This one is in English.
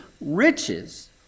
riches